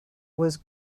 was